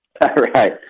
Right